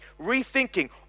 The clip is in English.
rethinking